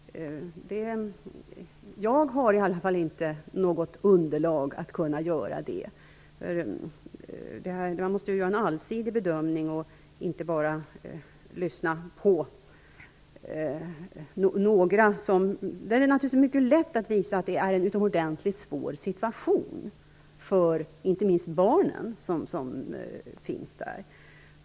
Jag har i alla fall inte något underlag för att kunna göra det. Man måste göra en allsidig bedömning och inte bara lyssna på några. Det är naturligtvis mycket lätt att visa att det är en utomordentligt svår situation, inte minst för de barn som finns där.